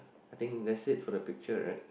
I think that's it for the picture right